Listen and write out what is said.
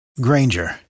Granger